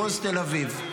מחוז תל אביב.